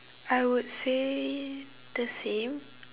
I would say the same